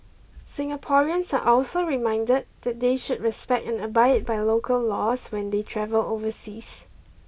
Singaporeans are also reminded that they should respect and abide by the local laws when they travel overseas